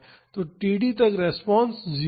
तो td तक response 0 है